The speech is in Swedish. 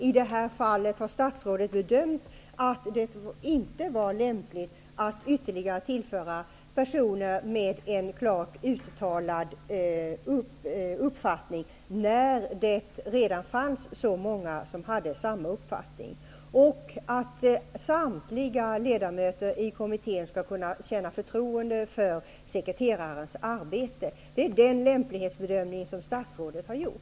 I det här fallet har statsrådet bedömt att det inte var lämpligt att ytterligare tillföra personer med en klart uttalad uppfattning när det redan fanns så många som hade samma uppfattning. Samtliga ledamöter i kommittén skall kunna känna förtroende för sekreterarens arbete. Det är den lämplighetsbedömning som statsrådet har gjort.